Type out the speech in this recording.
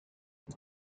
the